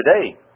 today